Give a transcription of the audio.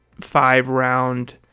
five-round